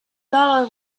dollar